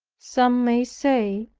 some may say,